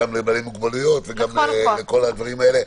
ממונה על אנשים עם מוגבלויות וגם לכל הדברים האלה.